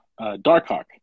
Darkhawk